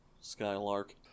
Skylark